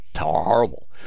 horrible